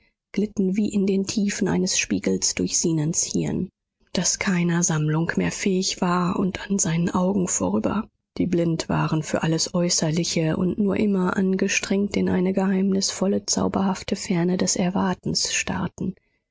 glitten wie in den tiefen eines spiegels durch zenons hirn das keiner sammlung mehr fähig war und an seinen augen vorüber die blind waren für alles äußerliche und nur immer angestrengt in eine geheimnisvolle zauberhafte ferne des erwartens starrten